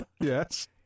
yes